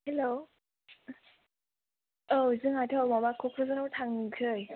hello औ जोंहा थौ माबा क'क्राझाराव थांसै